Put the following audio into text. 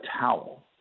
towel